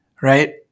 right